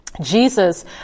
Jesus